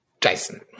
Jason